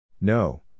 No